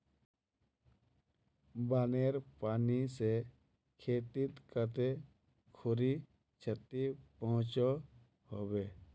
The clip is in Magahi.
बानेर पानी से खेतीत कते खुरी क्षति पहुँचो होबे?